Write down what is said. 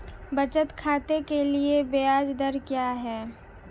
बचत खाते के लिए ब्याज दर क्या है?